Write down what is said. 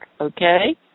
Okay